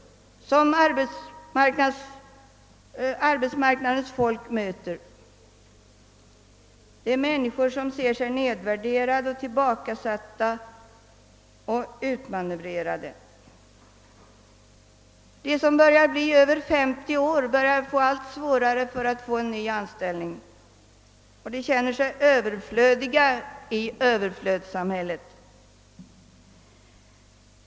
Arbetsmarknadens folk möter därför bittra människor som anser sig nedvärderade, tillbakasatta och utmanövrerade. De som är över 50 år börjar få allt svårare att erhålla en ny anställning och de känner sig överflödiga i överflödssamhället.